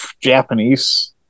Japanese